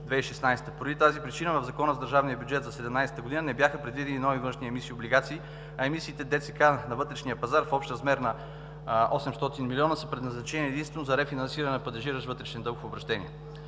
Поради тази причина в Закона за държавния бюджет за 2017 г. не бяха предвидени нови външни емисии и облигации, а емисиите на ДЦК на вътрешния пазар в общ размер на 0,8 млрд. лв. са предназначени единствено за рефинансиране на падежиращия вътрешен дълг в обращение.